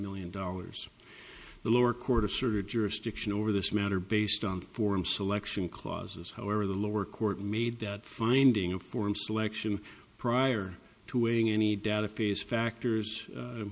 million dollars the lower court asserted jurisdiction over this matter based on form selection clauses however the lower court made that finding a form selection prior to weighing any data phase factors